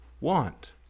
want